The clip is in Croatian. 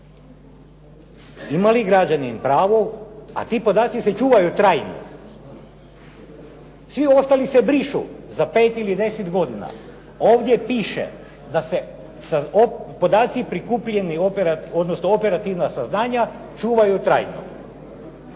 Ima li građanin pravo, a ti podaci se čuvaju trajno, svi ostali se brišu za 5 ili 10 godina? Ovdje piše da se podaci prikupljeni, odnosno operativna saznanja čuvaju trajno.